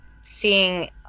seeing